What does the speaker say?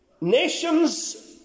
Nations